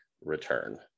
return